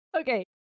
okay